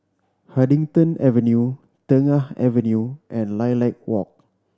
Huddington Avenue Tengah Avenue and Lilac Walk